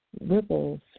ripples